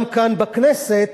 גם כאן, בכנסת,